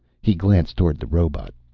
he glanced toward the robot.